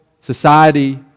society